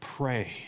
Pray